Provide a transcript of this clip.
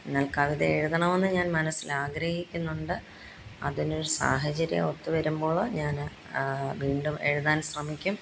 എന്നാൽ കവിത എഴുതണമെന്ന് ഞാൻ മനസ്സിൽ ആഗ്രഹിക്കുന്നുണ്ട് അതിനൊരു സാഹചര്യവും ഒത്ത് വരുമ്പോള് ഞാന് വീണ്ടും എഴുതാൻ ശ്രമിക്കും